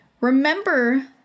remember